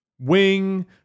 wing